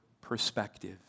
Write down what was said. perspective